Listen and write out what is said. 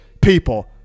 people